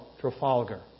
Trafalgar